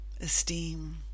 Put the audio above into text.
esteem